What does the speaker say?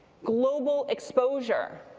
global exposure,